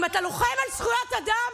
אם אתה לוחם זכויות אדם,